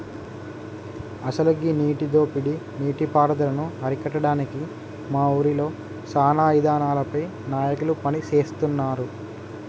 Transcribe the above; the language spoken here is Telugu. అసలు గీ నీటి దోపిడీ నీటి పారుదలను అరికట్టడానికి మా ఊరిలో సానా ఇదానాలపై నాయకులు పని సేస్తున్నారు